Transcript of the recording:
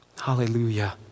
Hallelujah